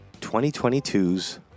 2022's